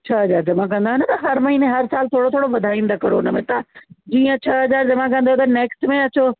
छह हज़ार जमा करिणा आहिनि हर महिने हर साल थोरो थोरो वधाईंदा करो हुनमें तव्हां जीअं छह हज़ार जमा कंदव त नेक्स्ट में अचो